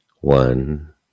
One